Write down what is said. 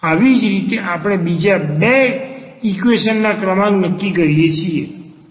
આવી જ રીતે આપણે બીજા બે ઈક્વેશન ના ક્રમાંક નક્કી કરી શકીએ છે